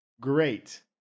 great